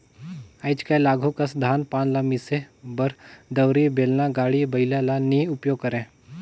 आएज काएल आघु कस धान पान ल मिसे बर दउंरी, बेलना, गाड़ी बइला ल नी उपियोग करे